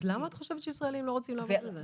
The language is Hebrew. אז למה את חושבת שישראלים לא רוצים לעבוד בזה?